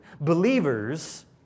Believers